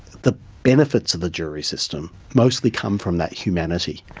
the benefits of the jury system mostly come from that humanity.